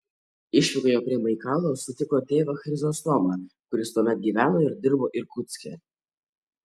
išvykoje prie baikalo sutiko tėvą chrizostomą kuris tuomet gyveno ir dirbo irkutske